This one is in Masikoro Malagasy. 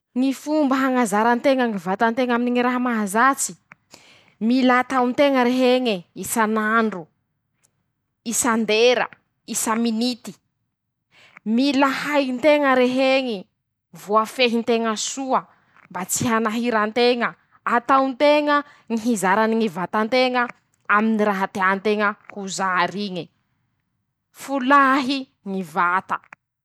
Ñy fomba hañazaran-teña ñy vatan-teña aminy ñy raha mahazats: -Mila atao nteña reheñy isan'andro, isan-dera, isa-minity. -Mila hay nteña raheñy, voa fehy nteña soa mba tsy hanahira anteña. -Atao nteña ñy hirazany ñy vata nteña aminy ñy raha teany ñy vata nteña ho zar'iñe, folahy ñy vata.